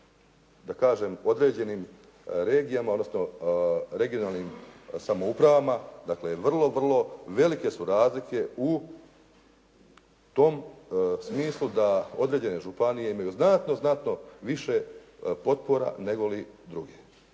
da kažem određenim regijama odnosno regionalnim samoupravama, dakle vrlo velike su razlike u tom smislu da određen županije imaju znatno više potpora nego druge.